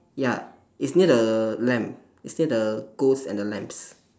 ya it's near the lamb it's near the ghost and the lambs